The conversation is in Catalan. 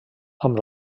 amb